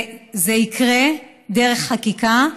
זה יקרה דרך חקיקה,